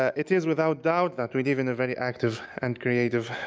ah it is without doubt that we live in a very active and creative,